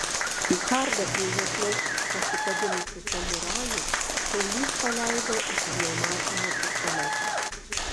į kardą prie juosmens pasikabinusį samurajų šaulys paleido iš pneumatinio pistoleto